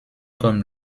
comme